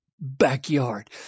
backyard